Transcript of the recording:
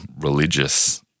religious